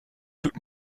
tut